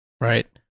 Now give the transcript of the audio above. Right